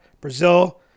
brazil